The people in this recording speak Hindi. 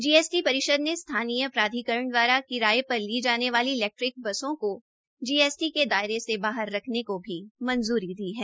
जीएसटी परिषद ने स्थानीय प्राधिकरण द्वारा किराये पर ली जाने वाली इलैक्ट्रिक बसों को जीएसटी के दायरे से बाहर रखने की भी मंजूरी दी है